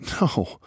No